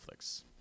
Netflix